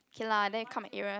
k lah then you come my area